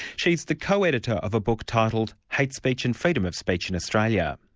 she's the co-editor of a book titled hate speech and freedom of speech in australia.